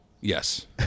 yes